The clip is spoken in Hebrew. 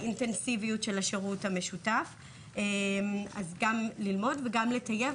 ובאינטנסיביות של השירות המשותף וכדי לטייב